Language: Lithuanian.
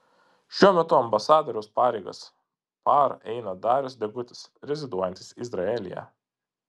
šiuo metu ambasadoriaus pareigas par eina darius degutis reziduojantis izraelyje